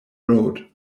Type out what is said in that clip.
road